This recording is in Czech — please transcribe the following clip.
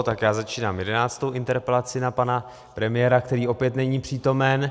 Tak já začínám jedenáctou interpelaci na pana premiéra, který opět není přítomen.